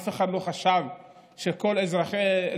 אף אחד לא חשב שכל אזרחי,